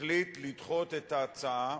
החליט לדחות את ההצעה,